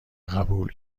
قبول